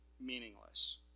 meaningless